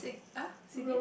say uh say again